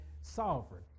Sovereign